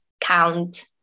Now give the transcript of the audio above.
count